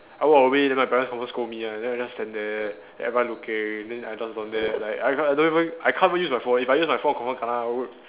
I walk away then my parents confirm scold me one then I just stand there then everyone looking then I just down there like I don't even I can't even use my phone if I use my phone confirm kena w~